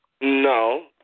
No